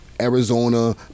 Arizona